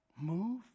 move